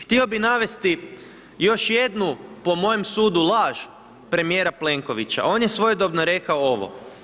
Htio bi navesti još jednu po mojem sudu laž premijera Plenkovića, on je svojedobno rekao ovo.